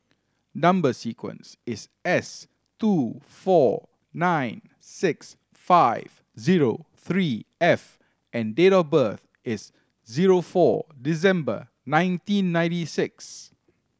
number sequence is S two four nine six five zero three F and date of birth is zero four December nineteen ninety six